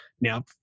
Now